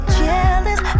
jealous